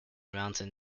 mountain